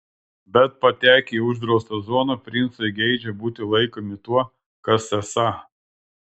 bet patekę į uždraustą zoną princai geidžia būti laikomi tuo kas esą